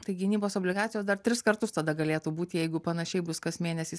tai gynybos obligacijos dar tris kartus tada galėtų būti jeigu panašiai bus kas mėnesį